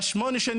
ב-8,